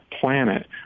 planet